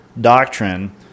doctrine